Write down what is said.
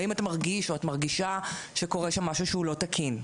האם את מרגיש או מרגישה שקורה שם משהו לא תקין?